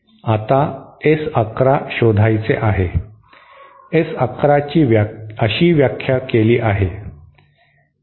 आता S 1 1 शोधायचे आहे S 1 1 ची अशी व्याख्या केली गेली आहे